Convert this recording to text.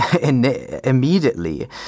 immediately